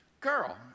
Girl